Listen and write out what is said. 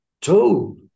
told